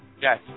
Yes